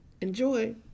Enjoy